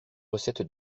recette